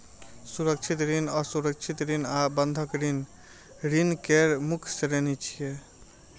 सुरक्षित ऋण, असुरक्षित ऋण आ बंधक ऋण ऋण केर मुख्य श्रेणी छियै